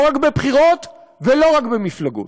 לא רק בבחירות ולא רק במפלגות.